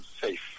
safe